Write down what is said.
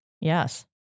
Yes